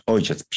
Ojciec